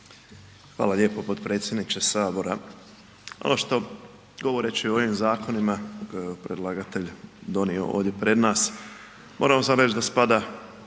Hvala lijepo potpredsjedniče sabora. Ono što govoreći o ovim zakonima predlagatelj donio ovdje pred nas moramo samo reći da spada,